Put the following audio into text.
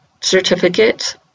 certificate